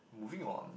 moving on